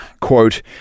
Quote